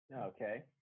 Okay